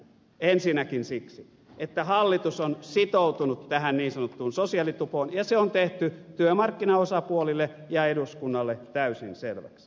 ensinnäkin siksi että hallitus on sitoutunut tähän niin sanottuun sosiaalitupoon ja se on tehty työmarkkinaosapuolille ja eduskunnalle täysin selväksi